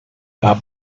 are